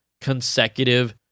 consecutive